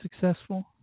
successful